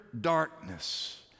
darkness